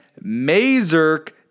Mazurk